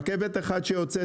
רכבת אחת שיוצאת,